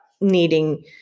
needing